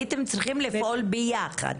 הייתם צריכים לפעול ביחד.